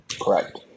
correct